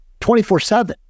24-7